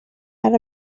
out